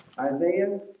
Isaiah